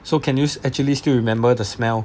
so can you actually still remember the smell